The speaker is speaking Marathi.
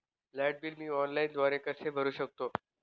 लाईट बिल मी ऑनलाईनद्वारे कसे भरु शकतो?